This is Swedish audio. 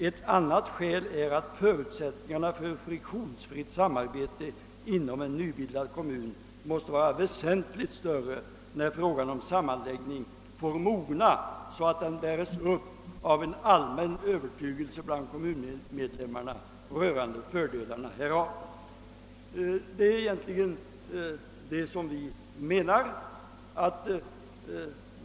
Ett annat skäl är att förutsättningarna för friktionsfritt samarbete inom en nybildad kommun måste vara väsentligt större när frågan om sammanläggning får mogna så att den bäres upp av en allmän övertygelse bland kommunmedlemmarna rörande fördelarna härav.» Det är egentligen detta vi menar.